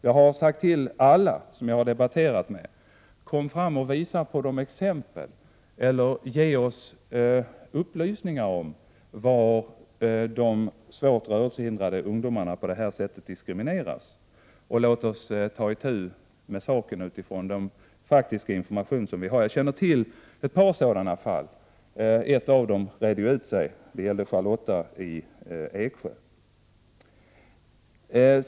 Jag har sagt till alla som jag har debatterat med: Kom fram och visa på exempel eller ge oss upplysningar om var de svårt rörelsehindrade ungdomarna på det här sättet diskrimineras, och låt oss ta itu med saken utifrån den faktiska information som vi har! Jag känner till ett par sådana fall. Ett av dem redde ju ut sig — det gällde Charlotta i Eksjö.